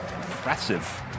impressive